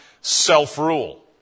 self-rule